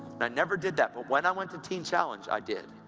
and i never did that but when i went to teen challenge, i did.